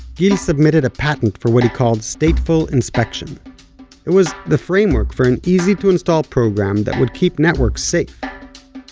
gil submitted a patent for what he called stateful inspection it was the framework for an easy-to-install program that would keep networks safe.